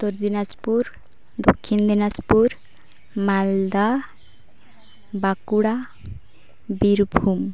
Uttar Dinajpur Dakshin Dinajpur Malda Bankura Birbhum